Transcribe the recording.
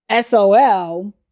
SOL